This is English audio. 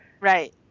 Right